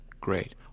Great